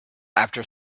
after